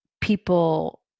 people